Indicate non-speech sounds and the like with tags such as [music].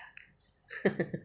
[laughs]